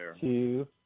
two